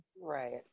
Right